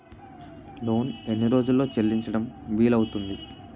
Loan ఎన్ని రోజుల్లో చెల్లించడం వీలు అవుతుంది?